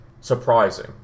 surprising